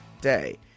day